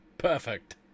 Perfect